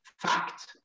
fact